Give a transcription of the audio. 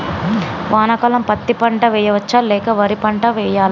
వానాకాలం పత్తి పంట వేయవచ్చ లేక వరి పంట వేయాలా?